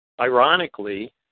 ironically